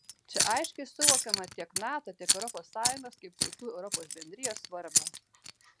čia aiškiai suvokiama tiek nato tiek europos sąjungos kaip tautų europos bendrijos svarba